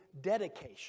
dedication